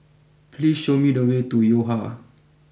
please show me the way to Yo Ha